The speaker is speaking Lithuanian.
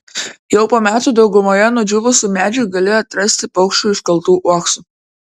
jau po metų daugumoje nudžiūvusių medžių gali atsirasti paukščių iškaltų uoksų